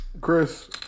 Chris